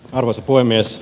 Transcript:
arvoisa puhemies